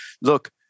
Look